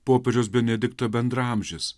popiežiaus benedikto bendraamžis